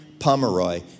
Pomeroy